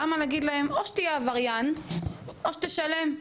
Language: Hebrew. למה להגיד להם, או שתהיה עבריין, או שתשלם.